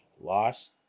lost